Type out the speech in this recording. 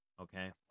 okay